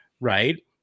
right